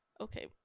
Okay